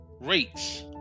rates